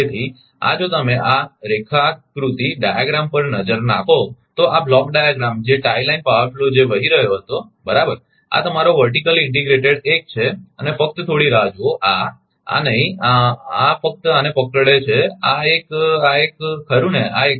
તેથી આ જો તમે આ રેખાકૃતિડાયાગ્રામ પર નજર નાખો તો આ બ્લોક ડાયાગ્રામ જે ટાઇ લાઇન પાવર ફ્લો જે વહી રહ્યો હતો બરાબર આ તમારો વર્ટીકલી ઇન્ટીગ્રેટેડ 1 છે અને ફકત થોડી રાહ જુઓ આ આ નહીં આ ફક્ત આને પકડે છે આ એક આ એક ખરુ ને આ એક